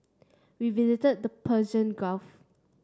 we visited the Persian Gulf